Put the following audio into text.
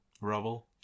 rubble